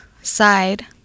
side